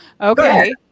Okay